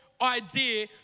idea